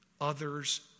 others